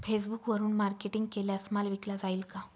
फेसबुकवरुन मार्केटिंग केल्यास माल विकला जाईल का?